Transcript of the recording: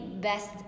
best